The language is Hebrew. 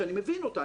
שאני מבין אותה,